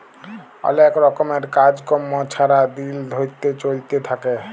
অলেক রকমের কাজ কম্ম ছারা দিল ধ্যইরে চইলতে থ্যাকে